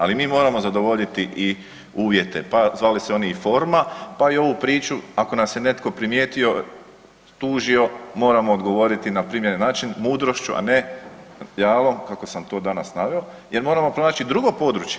Ali mi moramo zadovoljiti i uvjete pa zvali se oni i forma, pa i ovu priču ako nas je netko primijetio, tužio moramo odgovoriti na primjeren način mudrošću, a ne kuknjavom kako sam to danas naveo jer moramo pronaći druga područja.